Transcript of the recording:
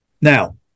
Now